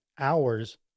Hours